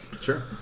Sure